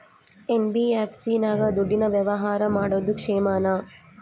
NBFC ನಾಗ ದುಡ್ಡಿನ ವ್ಯವಹಾರ ಮಾಡೋದು ಕ್ಷೇಮಾನ?